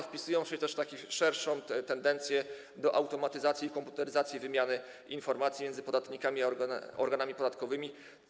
Wpisują się też w taką szerszą tendencję do automatyzacji i komputeryzacji wymiany informacji między podatnikami a organami podatkowymi.